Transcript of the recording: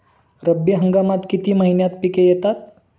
रब्बी हंगामात किती महिन्यांत पिके येतात?